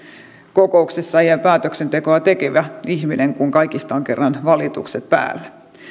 kokouksessa virallisesti päätöksentekoa tekevä ihminen kun kaikista on kerran valitukset päällä